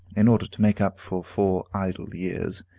in order to make up for four idle years,